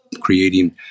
creating